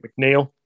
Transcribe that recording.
McNeil